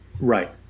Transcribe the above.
Right